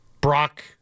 Brock